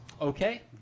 Okay